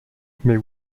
mais